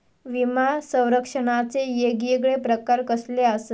विमा सौरक्षणाचे येगयेगळे प्रकार कसले आसत?